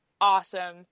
awesome